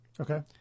Okay